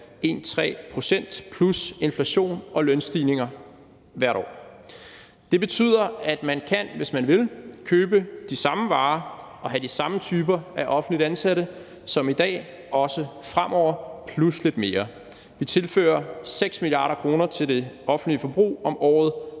0,13 pct. plus inflation og lønstigninger hvert år. Det betyder, at man også fremover kan – hvis man vil – købe de samme varer og have de samme typer offentligt ansatte som i dag plus lidt mere. Vi tilfører 6 mia. kr. til det offentlige forbrug om året